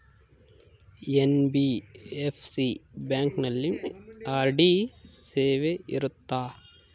NBFC ಬ್ಯಾಂಕಿನಲ್ಲಿ RD ಸೇವೆ ಇರುತ್ತಾ?